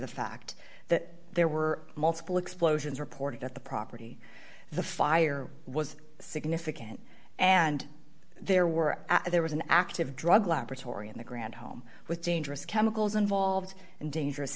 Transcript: the fact that there were multiple explosions reported at the property the fire was significant and there were there was an active drug laboratory in the grand home with dangerous chemicals involved and dangerous